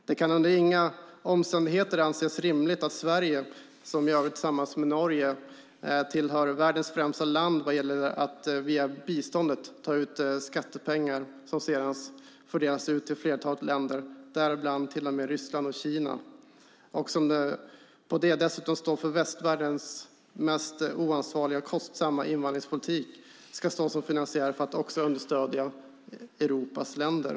Det kan under inga omständigheter anses rimligt att Sverige, som för övrigt tillsammans med Norge tillhör världens främsta land vad gäller att via biståndet ta ut skattepengar som sedan fördelas ut till flertalet länder, däribland till och med Ryssland och Kina, och ovanpå detta dessutom står för västvärldens mest oansvarliga och kostsamma invandringspolitik, ska stå som finansiär för att också understödja Europas länder.